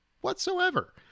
whatsoever